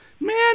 man